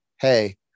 hey